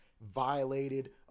violated